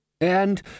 And